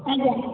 ଆଜ୍ଞା